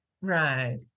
Right